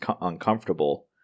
uncomfortable